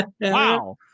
wow